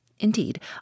Indeed